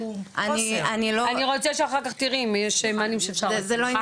אני רוצה שאחר כך תיראי אם יש מענים שאפשר לתת.